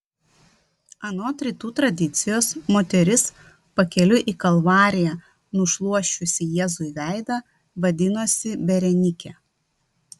anot rytų tradicijos moteris pakeliui į kalvariją nušluosčiusi jėzui veidą vadinosi berenikė